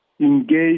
engage